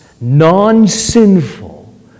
non-sinful